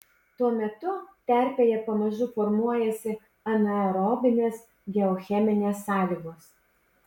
tuo metu terpėje pamažu formuojasi anaerobinės geocheminės sąlygos